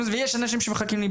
אז